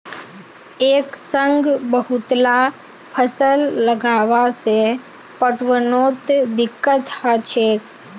एक संग बहुतला फसल लगावा से पटवनोत दिक्कत ह छेक